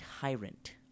Tyrant